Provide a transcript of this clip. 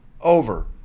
over